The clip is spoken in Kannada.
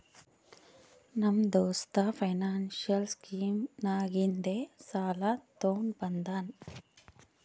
ನಮ್ಮ ದೋಸ್ತ ಫೈನಾನ್ಸಿಯಲ್ ಸ್ಕೀಮ್ ನಾಗಿಂದೆ ಸಾಲ ತೊಂಡ ಬಂದಾನ್